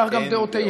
כך גם דעותיהם.